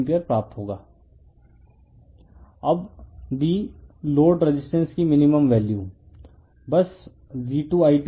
refer slide time 1636 अब b load resistance की minimum value बस V2I2है